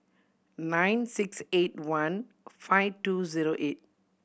nine six eight one five two zero eight